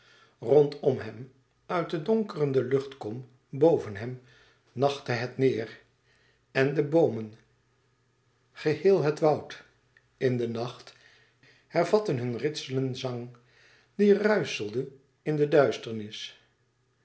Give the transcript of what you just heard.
rondom hem uit de donkerende luchtekom boven hem nachtte het neêr en de boomen geheel het woud in de nacht hervatten hun ritselen zang die ruischelde in de duisternis